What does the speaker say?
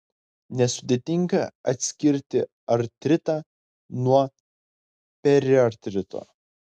nesudėtinga atskirti artritą nuo periartrito